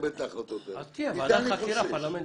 אז תהיה ועדת חקירה פרלמנטרית.